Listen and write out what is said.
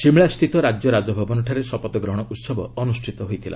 ସିମ୍ଳାସ୍ଥିତ ରାଜ୍ୟ ରାଜଭବନଠାରେ ଶପଥ ଗ୍ରହଣ ଉତ୍ସବ ଅନ୍ଦ୍ରଷ୍ଠିତ ହୋଇଥିଲା